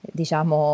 diciamo